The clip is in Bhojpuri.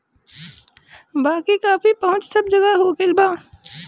बाकी कॉफ़ी पहुंच सब जगह हो गईल बा